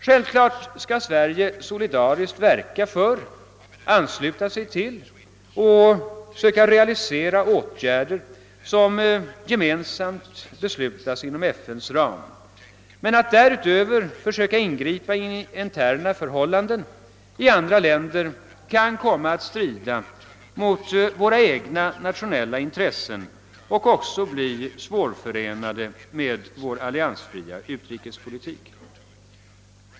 Självklart skall Sverige solidariskt verka för, ansluta sig till och söka realisera åtgärder som FN-länderna gemensamt beslutar inom FN:s ram. Men att därutöver försöka ingripa i interna förhållanden i andra länder kan komma att strida mot våra egna nationella intressen, och ett sådant handlande kan också bli svårt att förena med vår alliansfria utrikespolitik.